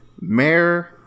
Mayor